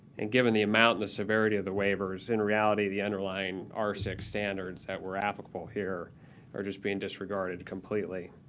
and given the amount and the severity of the waivers, in reality the underlying r six standards that were applicable here are just being disregarded completely.